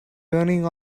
turning